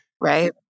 Right